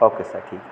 okay sir ठीक है